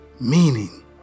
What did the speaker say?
Meaning